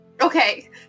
Okay